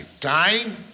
time